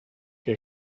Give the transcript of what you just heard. que